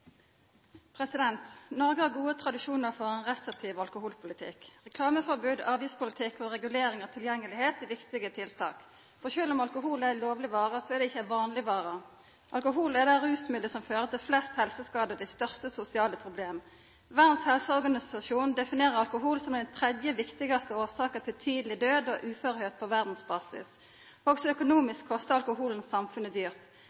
Noreg har gode tradisjonar for ein restriktiv alkoholpolitikk. Reklameforbod, avgiftspolitikk og regulering av tilgjengelegheit er viktige tiltak, for sjølv om alkohol er ei lovleg vare, er det ikkje ei vanleg vare. Alkohol er det rusmiddelet som fører til flest helseskadar og dei største sosiale problema. Verdas Helseorganisasjon definerer alkohol som den tredje viktigaste årsaka til tidleg død og uførleik på verdsbasis. Også økonomisk kostar alkoholen samfunnet dyrt.